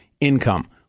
income